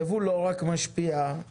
הייבוא משפיע לא רק